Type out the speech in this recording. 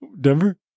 Denver